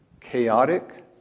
chaotic